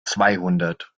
zweihundert